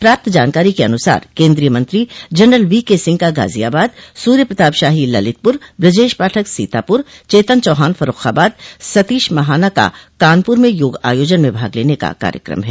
प्राप्त जानकारी के अनुसार केन्द्रीय मंत्री जनरल वीक सिंह का गाजियाबाद सूर्यप्रताप शाही ललितपुर ब्रजेश पाठक सीतापुर चेतन चौहान फर्रूखाबाद सतीश महाना का कानपुर में योग आयोजन मे भाग लेने का कार्यक्रम है